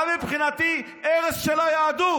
אתה, מבחינתי, הרס של היהדות,